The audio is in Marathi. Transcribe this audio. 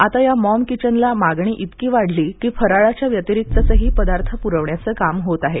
आता या मॉम किचनला इतकी मागणी वाढली की फराळाच्या व्यतिरिक्त पदार्थ पुरविण्याचे काम होत आहे